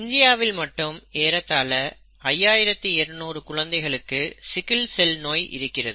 இந்தியாவில் மட்டும் ஏறத்தாழ 5200 குழந்தைகளுக்கு சிக்கில் செல் நோய் இருக்கிறது